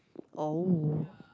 oh